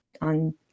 on